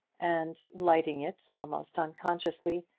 and lighting it almost unconsciously,